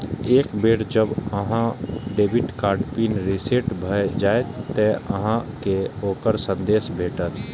एक बेर जब अहांक डेबिट कार्ड पिन रीसेट भए जाएत, ते अहांक कें ओकर संदेश भेटत